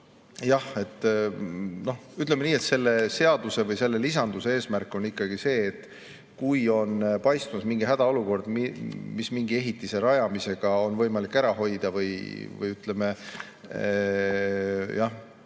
ütleme nii, et selle seaduse või selle lisanduse eesmärk on ikkagi see, et kui on paistmas mingi hädaolukord, mida mingi ehitise rajamisega on võimalik ära hoida või selle